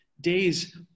days